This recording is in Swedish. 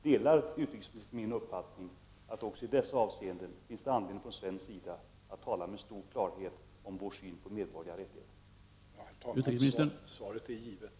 Delar utrikesministern min uppfattning att det också i dessa fall finns anledning att från svensk sida tala med stor klarhet om vår syn på mänskliga rättigheter?